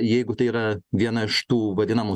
jeigu tai yra viena iš tų vadinamų